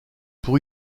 pour